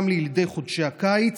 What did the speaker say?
גם ילידי חודשי הקיץ,